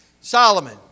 Solomon